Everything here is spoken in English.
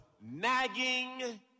nagging